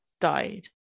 died